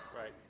Right